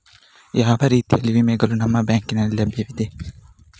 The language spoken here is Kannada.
ಯಾವ ಎಲ್ಲ ರೀತಿಯ ವಿಮೆಗಳು ನಿಮ್ಮ ಬ್ಯಾಂಕಿನಲ್ಲಿ ಲಭ್ಯವಿದೆ?